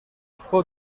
fou